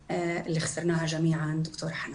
העמיתה המצוינת, אשר כולנו הפסדנו אותה, ד"ר חנאן.